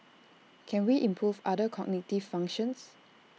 can we improve other cognitive functions